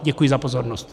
Děkuji za pozornost.